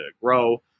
grow